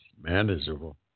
manageable